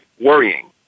worrying